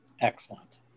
Excellent